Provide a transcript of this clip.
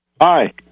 Hi